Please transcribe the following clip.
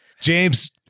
James